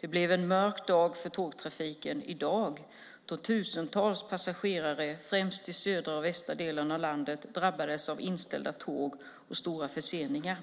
Det blev en mörk dag för tågtrafiken i dag då tusentals passagerare, främst i södra och västra delarna av landet, drabbades av inställda tåg och stora förseningar.